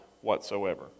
whatsoever